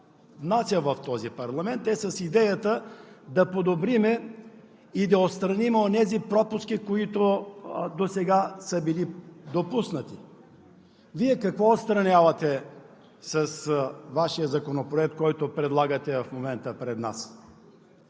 в този парламент, е с идеята да подобрим и да отстраним онези пропуски, които досега са били допуснати. Вие какво отстранявате с Вашия законопроект, който в момента предлагате